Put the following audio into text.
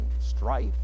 strife